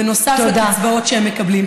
בנוסף לקצבאות שהם מקבלים.